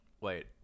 Wait